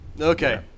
okay